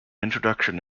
introduction